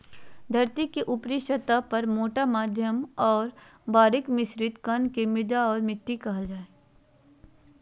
धरतीके ऊपरी सतह पर मोटा मध्यम और बारीक मिश्रित कण के मृदा और मिट्टी कहल जा हइ